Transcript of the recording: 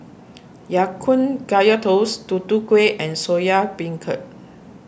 Ya Kun Kaya Toast Tutu Kueh and Soya Beancurd